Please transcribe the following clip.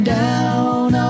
down